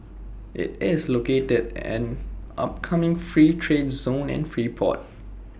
IT is located an upcoming free trade zone and free port